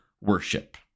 worship